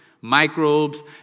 microbes